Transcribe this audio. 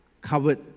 covered